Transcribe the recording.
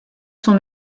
son